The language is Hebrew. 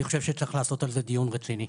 אני חושב שצריך לעשות על זה דיון רציני.